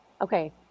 Okay